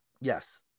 yes